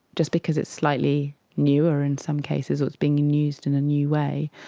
just because it's slightly newer in some cases or it's being used in a new way?